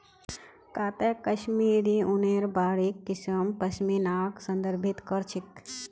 काते कश्मीरी ऊनेर बारीक किस्म पश्मीनाक संदर्भित कर छेक